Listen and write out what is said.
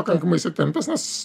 pakankamai įsitempęs nes